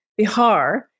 Bihar